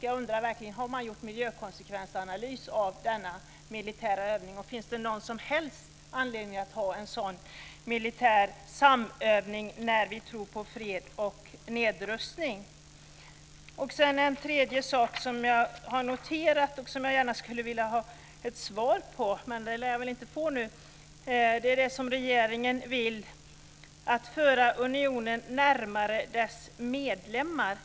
Jag undrar verkligen om man har gjort miljökonsekvensanalys av denna militära övning. Finns det någon som helst anledning att ha en sådan militär samövning när vi tror på fred och nedrustning? En tredje sak som jag har noterat och som jag gärna skulle vilja ha ett besked om, men det lär jag väl inte få nu, är det som regeringen vill, nämligen att föra unionen närmare dess medlemmar.